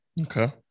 Okay